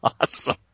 awesome